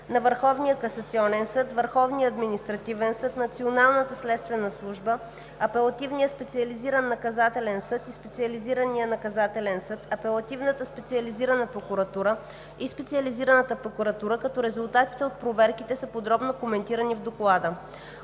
на Върховния касационен съд, Върховния административен съд, Националната следствена служба, Апелативния специализиран наказателен съд и Специализирания наказателен съд, Апелативната специализирана прокуратура и Специализираната прокуратура, като резултатите от проверките са подробно коментирани в Доклада.